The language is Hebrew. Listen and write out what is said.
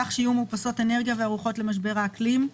כך שיהיו מאופסות אנרגיה וערוכות למשבר האקלים,